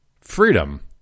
freedom